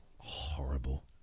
Horrible